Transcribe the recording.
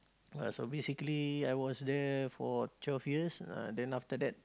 ah so basically I was there for twelve years ah then after that